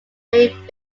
playing